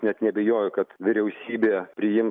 net neabejoju kad vyriausybė priims